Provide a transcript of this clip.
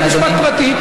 לבית משפט פרטי.